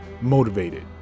motivated